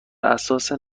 اساس